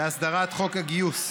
להסדרת חוק הגיוס.